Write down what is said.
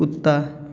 कुत्ता